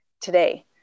today